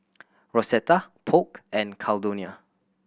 Rosetta Polk and Caldonia